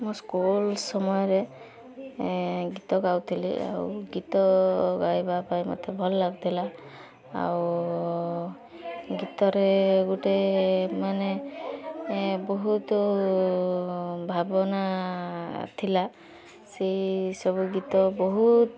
ମୋ ସ୍କୁଲ୍ ସମୟରେ ଗୀତ ଗାଉଥିଲି ଆଉ ଗୀତ ଗାଇବାପାଇଁ ମୋତେ ଭଲ ଲାଗୁଥିଲା ଆଉ ଗୀତରେ ଗୋଟେ ମାନେ ବହୁତ ଭାବନା ଥିଲା ସେଇସବୁ ଗୀତ ବହୁତ